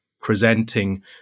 presenting